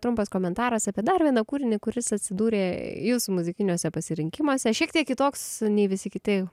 trumpas komentaras apie dar vieną kūrinį kuris atsidūrė jūsų muzikiniuose pasirinkimuose šiek tiek kitoks nei visi kiti